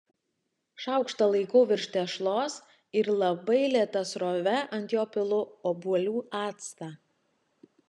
šaukštą laikau virš tešlos ir labai lėta srove ant jo pilu obuolių actą